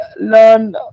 learn